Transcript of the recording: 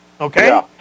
Okay